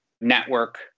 network